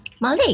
Malay